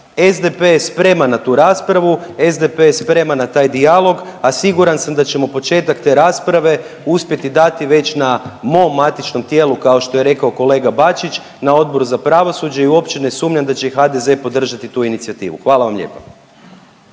SDP je spreman na tu raspravu, SDP je spreman na taj dijalog, a siguran sam da ćemo početak te rasprave uspjeti dati već na mom matičnom tijelu kao što je rekao kolega Bačić, na Odboru za pravosuđe i uopće ne sumnjam da će i HDZ podržati tu inicijativu. Hvala vam lijepa.